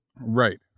Right